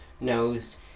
knows